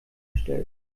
gestellt